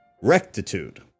rectitude